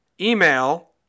email